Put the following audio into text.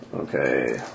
Okay